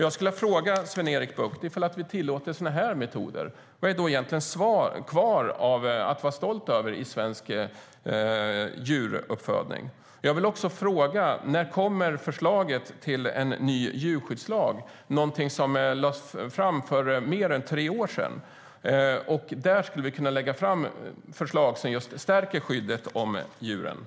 Jag skulle vilja fråga Sven-Erik Bucht: Om vi tillåter sådana metoder, vad är då egentligen kvar att vara stolt över i svensk djuruppfödning? Jag vill också fråga när förslaget till en ny djurskyddslag kommer. Det är någonting som lades fram för mer än tre år sedan. Där skulle vi kunna lägga fram förslag som just stärker skyddet av djuren.